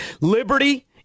liberty